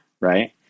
right